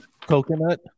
coconut